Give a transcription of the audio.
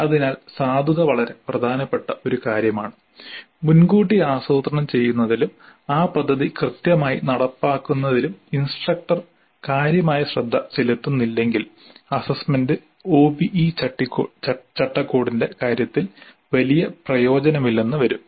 അതിനാൽ സാധുത വളരെ പ്രധാനപ്പെട്ട ഒരു കാര്യമാണ് മുൻകൂട്ടി ആസൂത്രണം ചെയ്യുന്നതിലും ആ പദ്ധതി കൃത്യമായി നടപ്പിലാക്കുന്നതിലും ഇൻസ്ട്രക്ടർ കാര്യമായ ശ്രദ്ധ ചെലുത്തുന്നില്ലെങ്കിൽ അസ്സസ്സ്മെന്റ് ഒബിഇ ചട്ടക്കൂടിന്റെ കാര്യത്തിൽ വലിയ പ്രയോജനമില്ലെന്ന് വരും